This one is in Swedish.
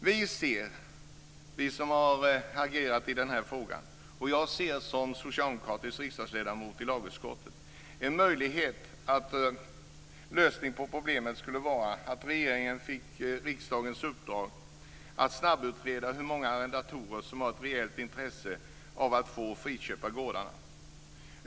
Vi som har agerat i frågan, och jag som socialdemokratisk riksdagsledamot i lagutskottet, ser en möjlighet att lösningen på problemet skulle kunna vara att regeringen får riksdagens uppdrag att snabbutreda hur många arrendatorer som har ett reellt intresse av att få friköpa gårdarna.